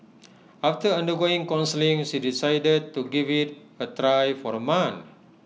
after undergoing counselling she decided to give IT A try for A month